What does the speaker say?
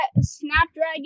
Snapdragon